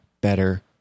better